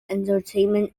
entertainment